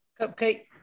Cupcake